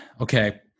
okay